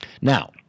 Now